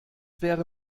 wäre